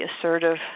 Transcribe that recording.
assertive